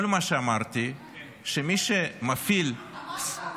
כל מה שאמרתי זה שמי שמפעיל -- אמרת.